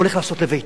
הולך לעשות לביתו.